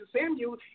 Samuel